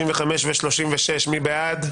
הסתייגות 54. מי בעד?